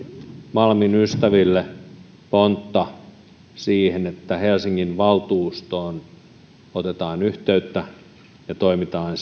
malmin ystäville pontta siihen että helsingin valtuustoon otetaan yhteyttä ja toimitaan